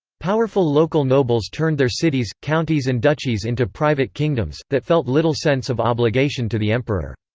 powerful local nobles turned their cities, counties and duchies into private kingdoms, that felt little sense of obligation to the emperor.